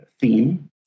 theme